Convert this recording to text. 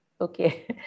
Okay